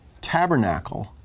tabernacle